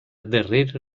darrera